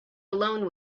alone